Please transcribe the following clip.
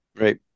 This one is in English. Right